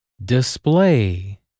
display